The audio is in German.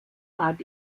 bad